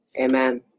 Amen